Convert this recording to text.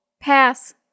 Pass